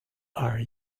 are